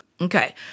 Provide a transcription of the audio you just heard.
Okay